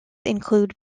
include